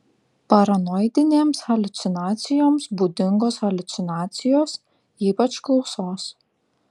paranoidinėms haliucinacijoms būdingos haliucinacijos ypač klausos